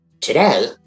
Today